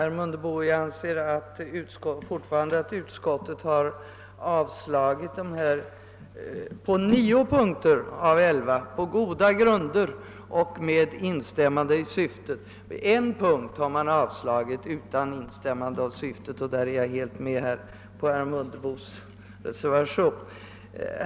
Herr talman! Jag anser fortfarande att utskottet på nio punkter av elva har yrkat avslag på goda grunder och med instämmande i motionernas syfte. På en punkt har man avstyrkt utan instämmande i syftet, och därvidlag ansluter jag mig helt till herr Mundebos hemställan om bifall till reservationen 3.